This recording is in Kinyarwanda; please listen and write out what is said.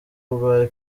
urwaye